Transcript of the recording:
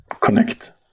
connect